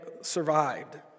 survived